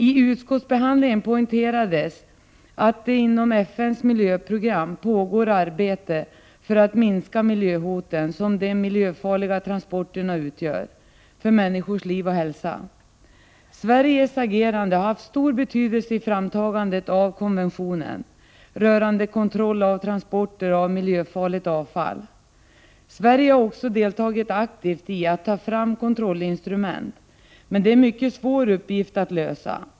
I utskottsbehandlingen poängterades att det inom FN:s miljöprogram pågår arbete för att minska de miljöhot som de miljöfarliga transporterna utgör för människors liv och hälsa. Sveriges agerande har haft stor betydelse vid framtagandet av konventionen rörande kontroll av transporter av miljöfarligt avfall. Sverige har också aktivt deltagit i arbetet med att ta fram kontrollinstrument, men det är en mycket svår uppgift att lösa.